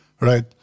Right